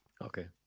okay